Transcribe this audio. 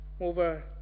over